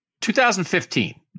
2015